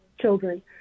children